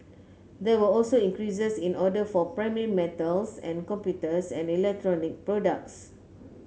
there were also increases in orders for primary metals and computers and electronic products